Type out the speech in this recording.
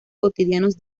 cotidianos